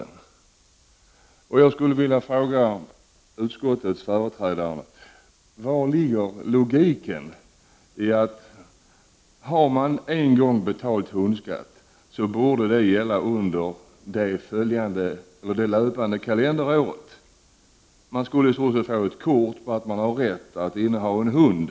Jag skulle vilja fråga utskottets företrädare: Vari ligger logiken i detta? Har man en gång betalat hundskatt borde det gälla under det löpande kalenderåret. Man skulle så att säga få ett bevis på att man har rätt att inneha en hund.